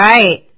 Right